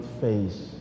face